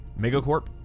Megacorp